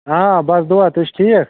آ بَس دُعا تُہۍ چھُو ٹھیٖک